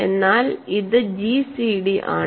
എന്നാൽ ഇത് gcd ആണ്